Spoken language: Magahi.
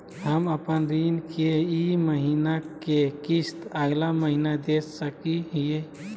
हम अपन ऋण के ई महीना के किस्त अगला महीना दे सकी हियई?